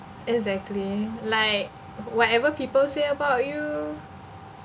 exactly like whatever people say about you